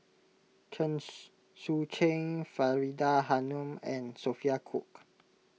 Chen Sucheng Faridah Hanum and Sophia Cooke